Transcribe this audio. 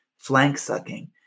flank-sucking